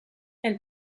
elle